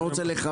יקר יותר.